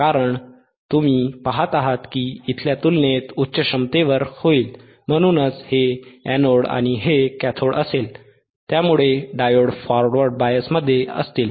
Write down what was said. कारण तुम्ही पहात आहात की हे इथल्या तुलनेत उच्च क्षमतेवर होईल म्हणूनच हे एनोड आणि हे कॅथोड असेल त्यामुळे डायोड फॉरवर्ड बायसमध्ये असतील